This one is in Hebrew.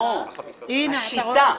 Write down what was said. הנה, את רואה?